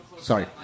Sorry